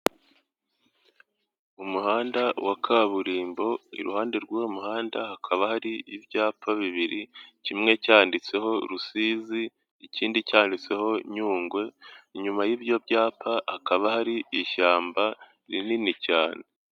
Umuhanda wa kaburimbo iruhande rw'uwo muhanda hakaba hari ibyapa bibiri kimwe cyanditseho Rusizi ikindi cyanditsweho Nyungwe inyuma y'ibyo byapa hakaba hari ishyamba rinini cyane.